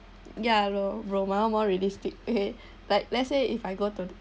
ya loh romal more realistic okay like let's say if I go to